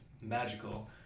magical